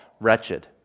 wretched